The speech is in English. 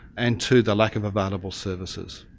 and two, the lack of available services.